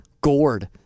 Gourd